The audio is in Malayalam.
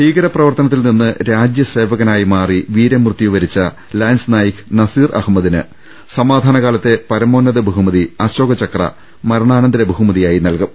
ഭീകരപ്രവർത്തനത്തിൽ നിന്ന് രാജ്യസേവക നായി മാറി വീരമൃത്യുവരിച്ച ലാൻസ് നായിക് നസീർ അഹമ്മദിന് സമാ ധാനകാലത്തെ പരമോന്നത ബഹുമതി അശോകചക്ര മരണാനന്തര ബഹു മതിയായി നൽകും